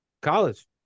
college